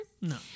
No